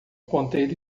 ponteiro